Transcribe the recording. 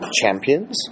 champions